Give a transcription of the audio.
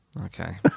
Okay